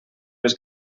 les